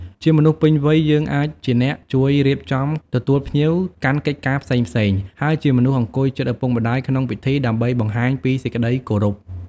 ជាមនុស្សពេញវ័យ យើងអាចជាអ្នកជួយរៀបចំទទួលភ្ញៀវ កាន់កិច្ចការផ្សេងៗ ហើយជាមនុស្សអង្គុយជិតឪពុកម្ដាយក្នុងពិធី ដើម្បីបង្ហាញពីសេចក្ដីគោរព។